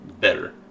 better